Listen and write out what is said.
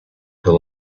the